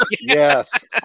Yes